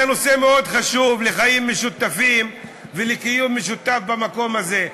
זה נושא מאוד חשוב לחיים משותפים ולקיום משותף במקום הזה,